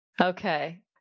Okay